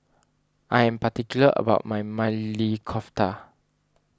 I am particular about my Maili Kofta